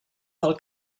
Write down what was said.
del